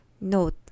Note